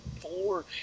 four